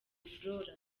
flora